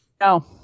No